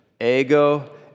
ego